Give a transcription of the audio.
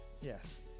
yes